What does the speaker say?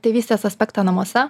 tėvystės aspektą namuose